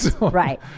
right